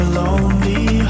lonely